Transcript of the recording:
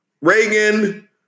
Reagan